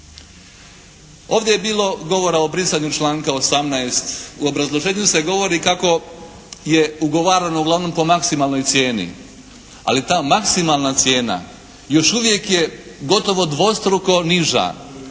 Ovdje je bilo govora o brisanju članka 18. U obrazloženju se govori kako je ugovarano uglavnom po maksimalnoj cijeni, ali ta maksimalna cijena još uvijek je gotovo dvostruko niža